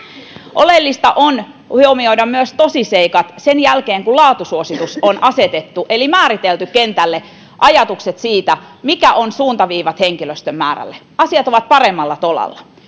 oleellista on huomioida myös tosiseikat sen jälkeen kun laatusuositus on asetettu eli määritelty kentälle ajatukset siitä mitkä ovat suuntaviivat henkilöstön määrälle asiat ovat paremmalla tolalla